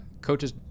coaches